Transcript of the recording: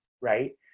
right